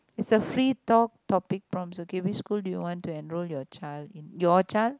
is a free talk topic form okay which school you want to enroll your child in your child